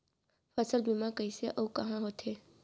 फसल बीमा कइसे अऊ कहाँ होथे?